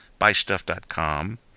buystuff.com